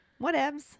Whatevs